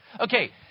Okay